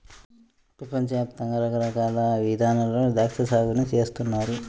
పెపంచ యాప్తంగా రకరకాల ఇదానాల్లో ద్రాక్షా సాగుని చేస్తున్నారు